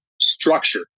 structure